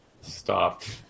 stopped